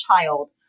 child